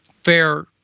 fair